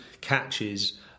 catches